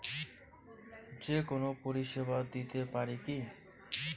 যে কোনো পরিষেবা দিতে পারি কি?